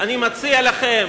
אני מציע לכם,